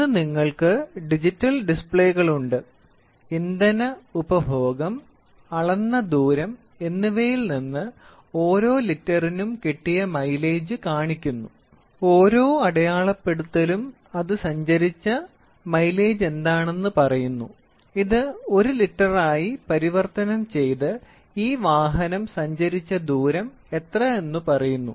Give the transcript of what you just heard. ഇന്ന് നിങ്ങൾക്ക് ഡിജിറ്റൽ ഡിസ്പ്ലേകളുണ്ട് ഇന്ധന ഉപഭോഗം അളന്ന ദൂരം എന്നിവയിൽ നിന്ന് ഓരോ ലിറ്ററിനും കിട്ടിയ മൈലേജ് കാണിക്കുന്നു ഓരോ അടയാളപ്പെടുത്തലും അത് സഞ്ചരിച്ച മൈലേജ് എന്താണെന്ന് പറയുന്നു ഇത് 1 ലിറ്ററായി പരിവർത്തനം ചെയ്ത് ഈ വാഹനം സഞ്ചരിച്ച ദൂരം എത്ര എന്ന് പറയുന്നു